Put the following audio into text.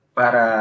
para